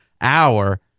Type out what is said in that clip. hour